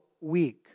week